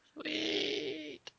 sweet